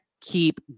keep